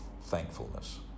thankfulness